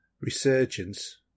Resurgence